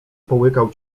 połykał